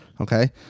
okay